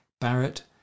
barrett